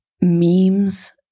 memes